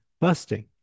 busting